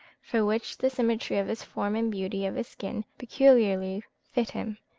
for which the symmetry of his form and beauty of his skin peculiarly fit him.